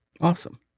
Awesome